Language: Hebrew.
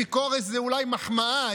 אפיקורוס זו אולי מחמאה.